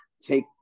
take